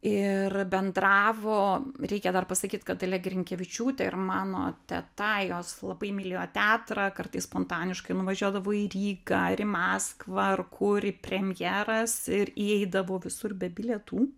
ir bendravo reikia dar pasakyt kad dalia grinkevičiūtė ir mano teta jos labai mylėjo teatrą kartais spontaniškai nuvažiuodavo į rygą ir į maskvą ar kur į premjeras ir įeidavo visur be bilietų